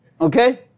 Okay